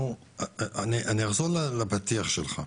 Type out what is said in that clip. אני אחזור לפתיח שלך.